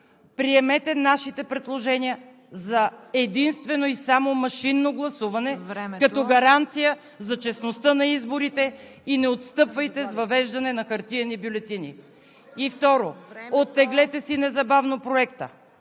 приемете нашите предложения за единствено и само машинно гласуване като гаранция за честността на изборите и не отстъпвайте с въвеждане на хартиени бюлетини. ПРЕДСЕДАТЕЛ ЦВЕТА КАРАЯНЧЕВА: Времето,